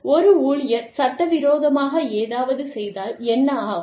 ஒரு ஊழியர் சட்டவிரோதமாக ஏதாவது செய்தால் என்ன ஆகும்